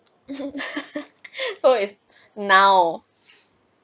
so its now